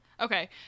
Okay